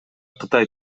кытай